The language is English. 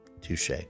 Touche